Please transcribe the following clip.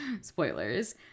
spoilers